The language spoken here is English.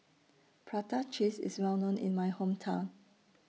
Prata Cheese IS Well known in My Hometown